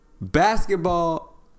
basketball